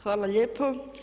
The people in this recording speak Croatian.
Hvala lijepo.